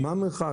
מה המרחק?